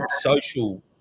social